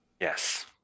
Yes